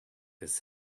his